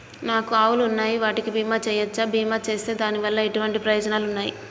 నాకు ఆవులు ఉన్నాయి వాటికి బీమా చెయ్యవచ్చా? బీమా చేస్తే దాని వల్ల ఎటువంటి ప్రయోజనాలు ఉన్నాయి?